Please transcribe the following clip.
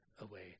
away